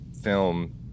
film